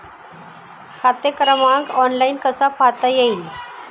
खाते क्रमांक ऑनलाइन कसा पाहता येईल?